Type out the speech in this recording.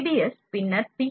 ABS பின்னர் B